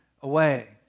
away